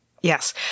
Yes